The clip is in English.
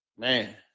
Man